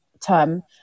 term